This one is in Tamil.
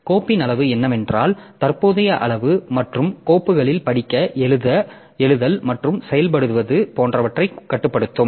கோப்பின் அளவு என்னவென்றால் தற்போதைய அளவு மற்றும் கோப்புகளில் படிக்க எழுதுதல் மற்றும் செயல்படுத்துவது போன்றவற்றைக் கட்டுப்படுத்தும்